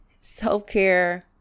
self-care